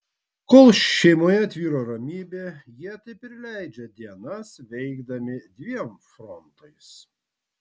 kol šeimoje tvyro ramybė jie taip ir leidžia dienas veikdami dviem frontais